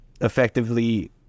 effectively